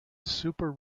super